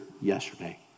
yesterday